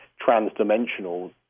trans-dimensional